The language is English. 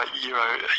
Euro